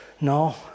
no